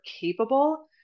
capable